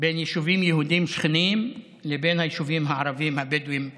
בין יישובים יהודיים שכנים לבין היישובים הערביים הבדואיים בנגב.